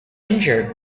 injured